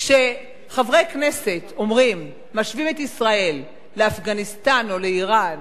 כשחברי כנסת משווים את ישראל לאפגניסטן או לאירן